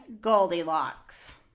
Goldilocks